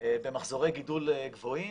במחזורי גידול גבוהים,